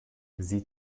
sie